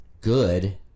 good